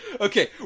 Okay